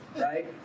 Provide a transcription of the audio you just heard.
right